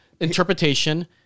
interpretation